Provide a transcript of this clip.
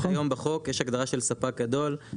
כבר היום בחוק יש הגדרה של ספק גדול,